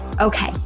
okay